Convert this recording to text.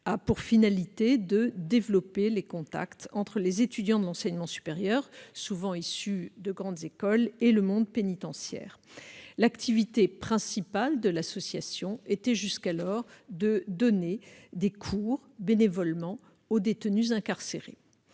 a pour finalité de développer les contacts entre les étudiants de l'enseignement supérieur, souvent issus de grandes écoles, et le monde pénitentiaire. L'activité principale de l'association était jusqu'ici de donner, bénévolement, des cours aux détenus incarcérés.